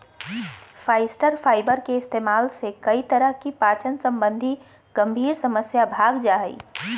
फास्इटर फाइबर के इस्तेमाल से कई तरह की पाचन संबंधी गंभीर समस्या भाग जा हइ